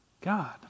God